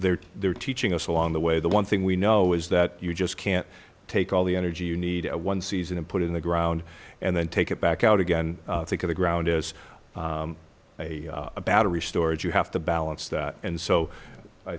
they're they're teaching us along the way the one thing we know is that you just can't take all the energy you need one season and put it in the ground and then take it back out again think of the ground as a battery storage you have to balance that and so i